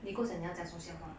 nicole 讲你要讲说笑话